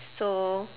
so